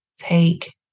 Take